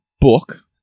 book